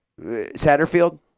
Satterfield